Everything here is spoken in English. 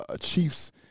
Chiefs